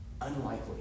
Unlikely